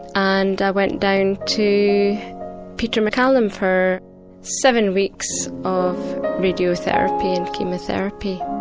and i went down to peter maccallum for seven weeks of radiotherapy and chemotherapy.